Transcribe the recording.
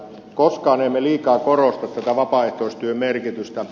koskaan emme liikaa korosta tätä vapaaehtoistyön merkitystä